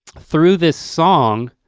through this song,